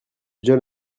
john